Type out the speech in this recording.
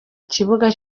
kibuga